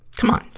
come on.